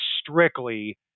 strictly